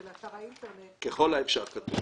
לאתר האינטרנט --- "ככל האפשר" כתוב.